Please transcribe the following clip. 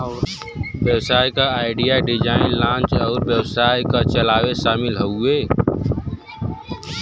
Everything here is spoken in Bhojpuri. व्यवसाय क आईडिया, डिज़ाइन, लांच अउर व्यवसाय क चलावे शामिल हउवे